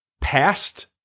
past